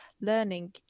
learning